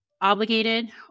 obligated